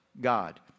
God